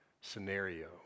scenario